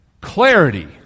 clarity